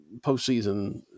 postseason